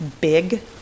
big